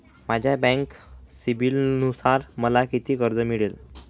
माझ्या बँक सिबिलनुसार मला किती कर्ज मिळेल?